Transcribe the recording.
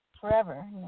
forever